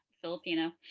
Filipino